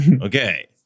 okay